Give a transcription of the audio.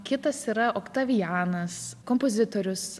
kitas yra oktavianas kompozitorius